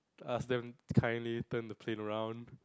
ask them kindly turn the plane around